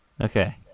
Okay